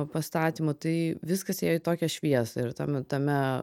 pastatymų tai viskas ėjo į tokią šviesą ir tam tame